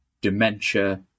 dementia